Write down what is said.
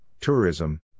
tourism